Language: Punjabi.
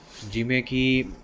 ਜਿਵੇਂ ਕਿ